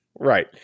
Right